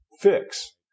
fix